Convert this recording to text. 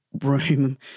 room